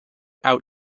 out